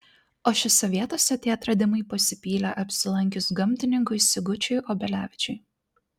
o šiose vietose tie atradimai pasipylė apsilankius gamtininkui sigučiui obelevičiui